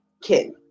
kid